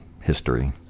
history